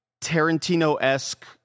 Tarantino-esque